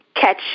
catch